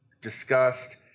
discussed